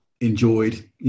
enjoyed